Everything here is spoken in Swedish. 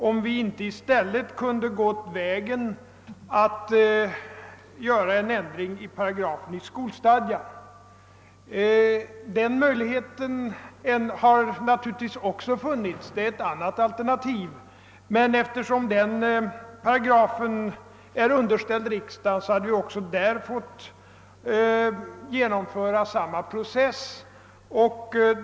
om vi inte i stället kunde ha gått den vägen att vi ändrat paragrafen i skolstadgan.' Den möjligheten fanns nåturligtvis också — den var ett annat alternativ — men eftersom riksdagens godkännande hade erfordrats även för en ändring av den paragrafen hade vi fått tillämpa samma procedur.